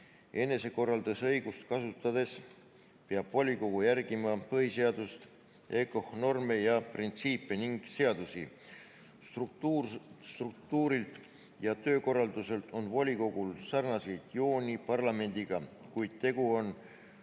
Enesekorraldusõigust kasutades peab volikogu järgima põhiseaduse ja EKOH norme ja printsiipe ning seadusi. Sisestruktuurilt ja töökorralduselt on volikogul sarnaseid jooni parlamendiga, kuid tegu on